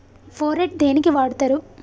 Phorate దేనికి వాడుతరు?